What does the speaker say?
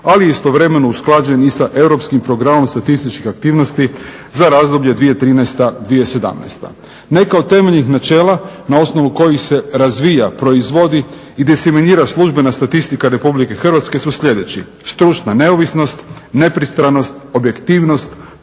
ali istovremeno usklađen i sa Europskim programom statističkih aktivnosti za razdoblje 2013., 2017. Neka od temeljnih načela na osnovu kojih se razvija, proizvodi i desiminira službena statistika Republike Hrvatske su sljedeći: stručna neovisnost, nepristranost, objektivnost,